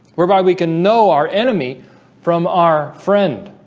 whereby we can know our enemy from our friend